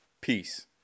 Peace